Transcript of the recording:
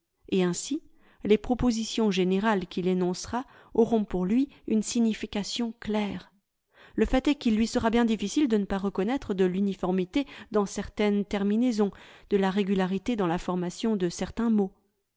et ainsi les propositions générales qu'il énoncera auront pour lui une signification claire le fait est qu'il lui sera bien difficile de ne pas reconnaître de l'uniformité dans certaines terminaisons de la régularité dans la formation de certains mots